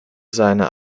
seine